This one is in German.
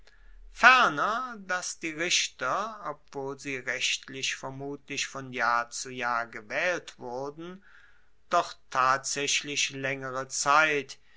ferner dass die richter obwohl sie rechtlich vermutlich von jahr zu jahr gewaehlt wurden doch tatsaechlich laengere zeit